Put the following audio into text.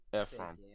Ephraim